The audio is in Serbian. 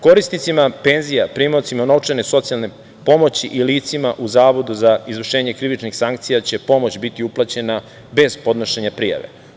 Korisnicima penzija, primaocima novčane socijalne pomoći i licima u Zavodu za izvršenje krivičnih sankcija će pomoć biti uplaćena bez podnošenja prijave.